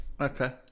Okay